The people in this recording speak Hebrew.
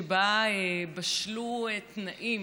שבה בשלו תנאים